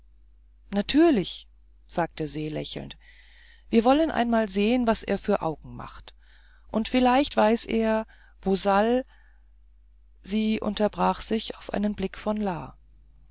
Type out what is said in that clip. natürlich sagte se lächelnd wir wollen einmal sehen was er für augen macht und vielleicht weiß er wo sal sie unterbrach sich auf einen blick von la